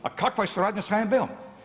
A kakva je suradnja sa HNB-om?